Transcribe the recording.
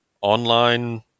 online